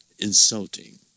insulting